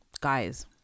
Guys